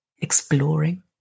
exploring